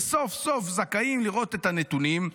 וסוף-סוף זכאים לראות את הנתונים.